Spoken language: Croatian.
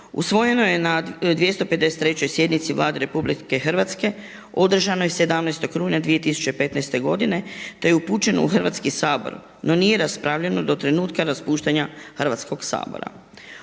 usvojeno je na 253. sjednici Vlade RH održanoj 17. rujna 2015. godine, te je upućeno u Hrvatski sabor, no nije raspravljeno do trenutka raspuštanja Hrvatskog sabora.